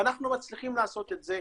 אנחנו מצליחים לעשות את זה,